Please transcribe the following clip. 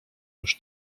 już